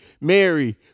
Mary